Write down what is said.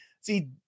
see